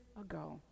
ago